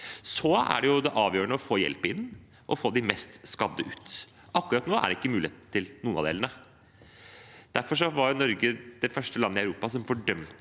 Det er avgjørende å få hjelp inn og få de mest skadde ut. Akkurat nå er det ikke mulighet til noen av delene. Derfor var Norge det første landet i Europa som fordømte